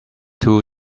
two